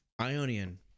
Ionian